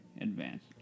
advance